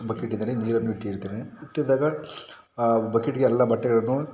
ಬಕೆಟಿನಲ್ಲಿ ನೀರನ್ನು ಇಟ್ಟಿರುತ್ತೇನೆ ಇಟ್ಟಿದಾಗ ಆ ಬಕೆಟಿಗೆ ಎಲ್ಲ ಬಟ್ಟೆಗಳನ್ನು